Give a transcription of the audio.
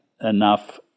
enough